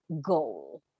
goal